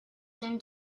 soon